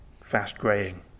fast-graying